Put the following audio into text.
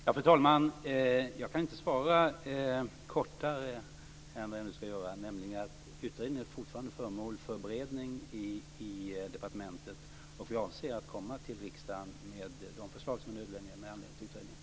Fru talman! Jag kan inte svara kortare än vad jag nu skall göra: Utredningen är fortfarande föremål för beredning i departementet, och vi avser att komma till riksdagen med de förslag som är nödvändiga med anledning av utredningen.